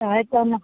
तऽ हेतै नहि